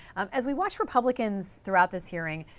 um as we watch republicans throughout this hearing,